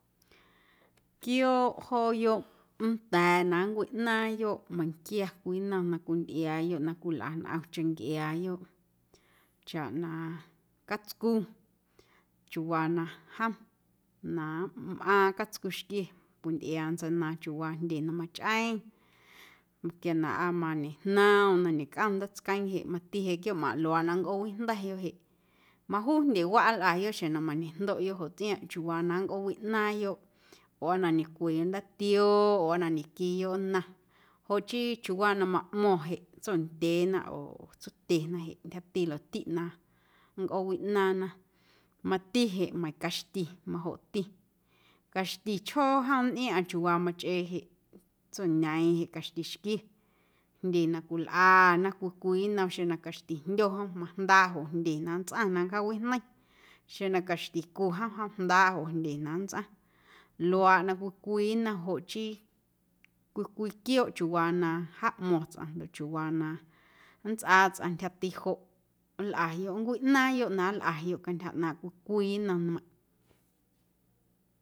Quiooꞌ jooyoꞌ nnda̱a̱ na nncwiꞌnaaⁿyoꞌ meiⁿnquia cwii nnom na cwintꞌiaayoꞌ na cwilꞌa ntꞌomcheⁿ ncꞌiaayoꞌ chaꞌ na catscu yuu na jom mꞌaaⁿ catscuxquie cwintꞌiaa ntseinaaⁿ chiuuwaa jndye na machꞌeⁿ quia na aa mañejnoomꞌm aa na mañecꞌom ndaatsqueeⁿ jeꞌ mati jeꞌ quiooꞌmꞌaⁿꞌ luaaꞌ na nncꞌoowijnda̱yoꞌ jeꞌ majuu jndyewaꞌ nlꞌayoꞌ xjeⁿ na mañejndoꞌyoꞌ joꞌ tsꞌiaaⁿꞌ ee chiuuwaa na nncꞌoowiꞌnaaⁿyoꞌ oo na ñecweyoꞌ ndaatioo oo aa na ñetquiiyoꞌ nnaⁿ joꞌ chii chiuwaa na maꞌmo̱ⁿ jeꞌ tsondyeena oo tsotyena jeꞌ ntyjati luaꞌtiꞌ na nncꞌoowiꞌnaaⁿna mati jeꞌ meiiⁿ caxti majoꞌti caxtichjoo jom nntꞌiaⁿꞌaⁿ chiuuwaa machꞌee jeꞌ tsoñeeⁿ jeꞌ caxtixquie jndye na cwilꞌana cwii nnom xeⁿ na caxtijndyo jom majndaaꞌ joꞌ jndye na nntsꞌaⁿ na nncjaawineiⁿ xeⁿ na caxticu jom, jom jndaaꞌ joꞌ jndye na nntsꞌaⁿ luaaꞌ na cwii cwii nnom joꞌ chii, cwii cwii quiooꞌ chiuuwaa na jaaꞌmo̱ⁿ tsꞌaⁿ ndoꞌ chiuuwaa na nntsꞌaa tsꞌaⁿ ntyjati joꞌ nlꞌayoꞌ nncwiꞌnaaⁿyoꞌ na nlꞌayoꞌ cantyja ꞌnaaⁿꞌ cwii cwii nnom nmeiⁿꞌ.